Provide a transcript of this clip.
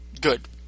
good